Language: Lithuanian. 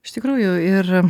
iš tikrųjų ir